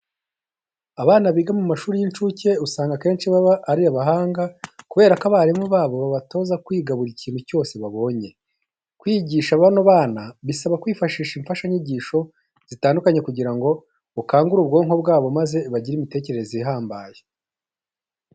Abana biga mu mashuri y'incuke usanga akenshi baba ari abahanga kubera ko abarimu babo babatoza kwiga buri kintu cyose babonye. Kwigisha bano bana bisaba kwifashisha imfashanyigisho zitandukanye kugira ngo ukangure ubwonko bwabo maze bagire imitekerereze ihambaye.